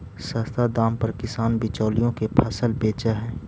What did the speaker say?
सस्ता दाम पर किसान बिचौलिया के फसल बेचऽ हइ